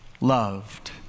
loved